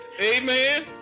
Amen